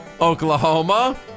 Oklahoma